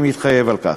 אני מתחייב על כך.